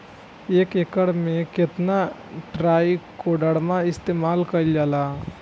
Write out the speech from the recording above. एक एकड़ खेत में कितना ट्राइकोडर्मा इस्तेमाल कईल जाला?